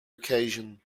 occasion